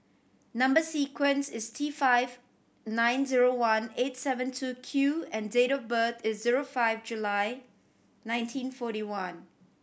number sequence is T five nine zero one eight seven two Q and date of birth is zero five July nineteen forty one